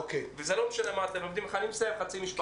היום חובה שכולם יגיעו לשם.